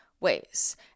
ways